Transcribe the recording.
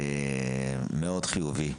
מאוד חיובי,